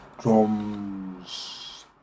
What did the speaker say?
Drums